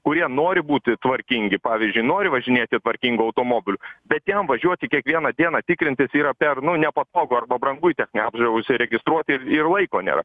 kurie nori būti tvarkingi pavyzdžiui nori važinėti tvarkingu automobiliu bet jam važiuoti kiekvieną dieną tikrintisyra per nu nepatogu arba brangu į techninę apžiūrą užsiregistruoti ir laiko nėra